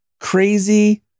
crazy